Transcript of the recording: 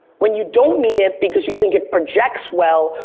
when you don't mean it, because you think it projects well,